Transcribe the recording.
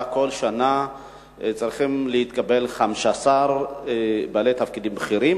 שכל שנה צריכים להתקבל 15 בעלי תפקידים בכירים.